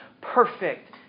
perfect